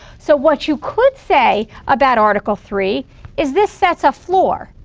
so what you could say about article three is this sets a floor,